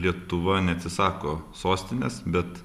lietuva neatsisako sostinės bet